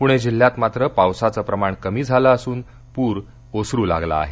पणे जिल्ह्यात मात्र पावसाचं प्रमाण कमी झालं असून पुर ओसरू लागला आहे